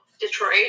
Detroit